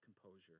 composure